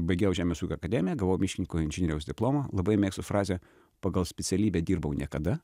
baigiau žemės ūkio akademiją gavau miškininko inžinieriaus diplomą labai mėgstu frazę pagal specialybę dirbau niekada